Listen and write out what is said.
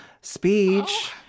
speech